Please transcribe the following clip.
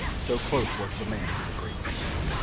so close was the man to the great beast.